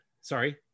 sorry